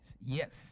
Yes